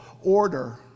order